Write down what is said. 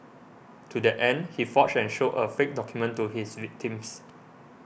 to that end he forged and showed a fake document to his victims